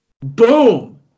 Boom